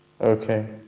okay